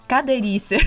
ką darysi